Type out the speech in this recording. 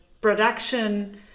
production